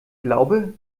glaube